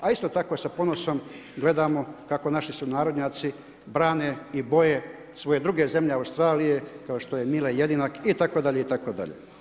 A isto tako i sa ponosom gledamo kako naši sunarodnjaci brane i boje svoje druge zemlje Australije kao što je Mile Jedinak itd., itd.